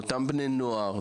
לאותם בני נוער,